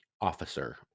officer